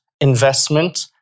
investment